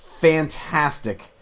fantastic